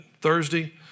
Thursday